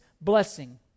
blessing